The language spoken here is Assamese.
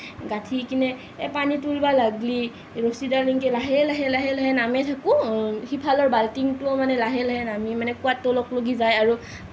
গাঠিকিনে এই পানীটো বা লাগলি ৰছীডাল এনেকে লাহে লাহে লাহে নামে থাকোঁ সিফালৰ বাল্টিংটো মানে লাহে লাহে নামি মানে কুৱাৰ তলত লৈগে যায় আৰু